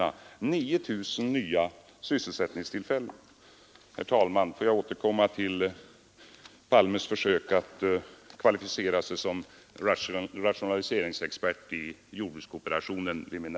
Det rörde sig om 9 000 sysselsättningstillfällen som skapades i samma län. Herr talman! Får jag i min nästa replik återkomma till herr Palmes försök att kvalificera sig som rationaliseringsexpert i jordbrukskooperationen.